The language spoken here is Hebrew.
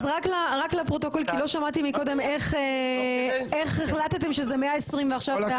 רק לפרוטוקול כי לא שמעתי קודם איך החלטתם שזה 120 ועכשיו 140,